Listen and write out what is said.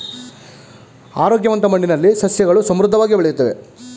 ಆರೋಗ್ಯವಂತ ಮಣ್ಣಿನಲ್ಲಿ ಸಸ್ಯಗಳು ಸಮೃದ್ಧವಾಗಿ ಬೆಳೆಯುತ್ತವೆ